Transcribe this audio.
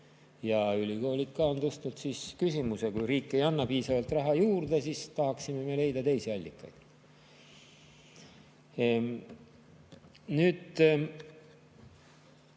Ja ülikoolid on tõstnud küsimuse, et kui riik ei anna piisavalt raha juurde, siis tahaksime me leida teisi allikaid.